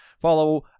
follow